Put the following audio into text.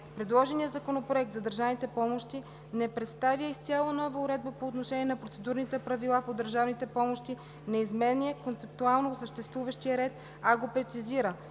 Предложеният Законопроект за държавните помощи не представя изцяло нова уредба по отношение на процедурните правила по държавните помощи, не изменя концептуално съществуващия ред, а го прецизира,